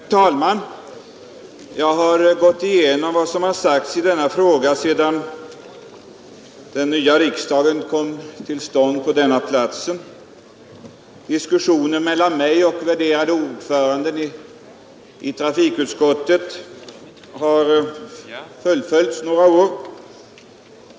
Fru talman! Jag har gått igenom vad som sagts i denna fråga sedan den nya riksdagen kom till stånd på denna plats. Diskussionen mellan mig och den värderade ordföranden i trafikutskottet har förts några år.